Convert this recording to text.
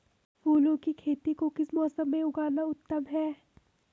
फूलों की खेती का किस मौसम में उगना उत्तम है?